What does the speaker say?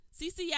CCI